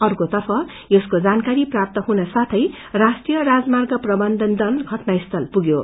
अर्क्रेतर्फ यसको जानकारी प्राप्त हुनसाथै राष्ट्रिय राजर्माग प्रबन्धनले घटनास्थल पुग्यो